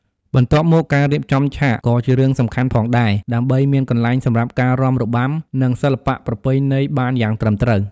បន្ទាប់មកការៀបចំឆាតក៏ជារឿងសំខាន់ផងដែរ ដើម្បីមានកន្លែងសម្រាប់ការរាំរបាំ និងសិល្បៈប្រពៃណីបានយ៉ាងត្រឹមត្រូវ។